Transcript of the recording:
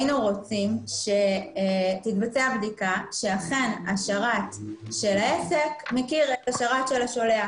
היינו רוצים שתתבצע בדיקה שאכן השרת של העסק מכיר את השרת של השולח.